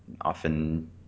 often